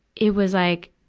it was like,